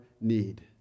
need